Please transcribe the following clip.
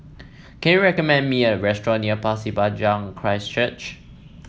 can you recommend me a restaurant near Pasir Panjang Christ Church